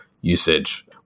usage